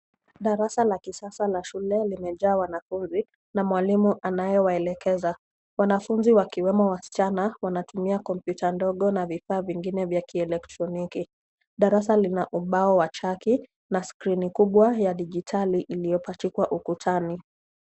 Darasa la kisasa la shule limejaa wanafunzi na mwalimu anayewaelekeza. Wanafunzi wakiwemo wasichana wanatumia kompyuta ndogo na vifaa vingine vya kielektroniki. Darasa lina ubao wa chaki na skrini kubwa ya dijitali iliyopachikwa ukutani.